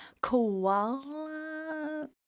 koala